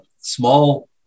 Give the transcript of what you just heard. small